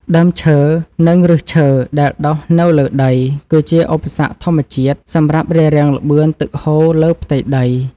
ដើមឈើនិងឫសឈើដែលដុះនៅលើដីគឺជាឧបសគ្គធម្មជាតិសម្រាប់រារាំងល្បឿនទឹកហូរលើផ្ទៃដី។ដើមឈើនិងឫសឈើដែលដុះនៅលើដីគឺជាឧបសគ្គធម្មជាតិសម្រាប់រារាំងល្បឿនទឹកហូរលើផ្ទៃដី។